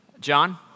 John